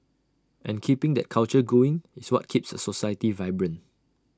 and keeping that culture going is what keeps A society vibrant